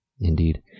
Indeed